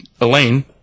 Elaine